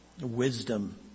wisdom